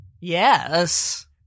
Yes